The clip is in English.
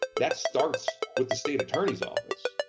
that starts with the state attorney's office.